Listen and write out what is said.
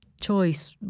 choice